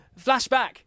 Flashback